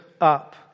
up